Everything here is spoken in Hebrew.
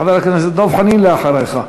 חבר הכנסת דב חנין אחריך.